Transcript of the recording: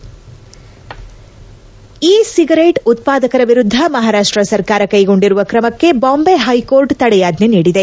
E cigarette ಉತ್ಪಾದಕರ ವಿರುದ್ಧ ಮಹಾರಾಷ್ಟ ಸರಕಾರ ಕೈಗೊಂಡಿರುವ ಕ್ರಮಕ್ಕೆ ಬಾಂಬೆ ಹೈಕೋರ್ಟ್ ತಡೆಯಾಜ್ಞೆ ನೀಡಿದೆ